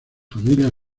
familia